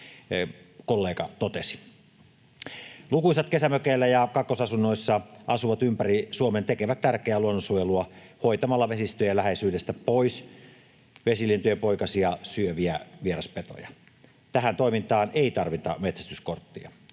kollega totesi. Lukuisat kesämökeillä ja kakkosasunnoissa asuvat ympäri Suomen tekevät tärkeää luonnonsuojelua hoitamalla vesistöjen läheisyydestä pois vesilintujen poikasia syöviä vieraspetoja. Tähän toimintaan ei tarvita metsästyskorttia.